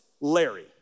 Larry